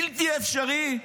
בלתי אפשרי,